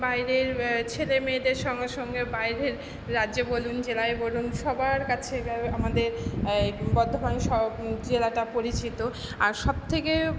বাইরের ছেলে মেয়েদের সঙ্গে সঙ্গে বাইরের রাজ্যে বলুন জেলায় বলুন সবার কাছে আমাদের বর্ধমান জেলাটা পরিচিত আর সবথেকে